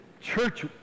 church